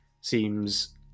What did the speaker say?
seems